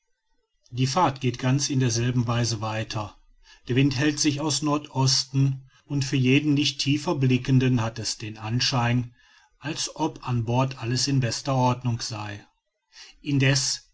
die fahrt geht ganz in derselben weise weiter der wind hält sich aus nordosten und für jeden nicht tiefer blickenden hat es den anschein als ob an bord alles in bester ordnung sei indeß